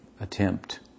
attempt